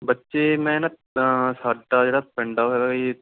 ਬੱਚੇ ਮੈਂ ਨਾ ਸਾਡਾ ਜਿਹੜਾ ਪਿੰਡ